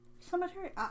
Cemetery